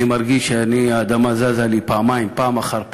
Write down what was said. אני מרגיש שהאדמה זזה לי פעמיים, פעם אחר פעם.